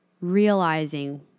realizing